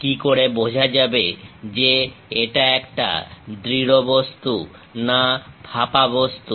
কি করে বোঝা যাবে যে এটা একটা দৃঢ় বস্তু না ফাঁপা বস্তু